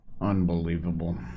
Unbelievable